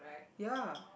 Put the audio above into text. ya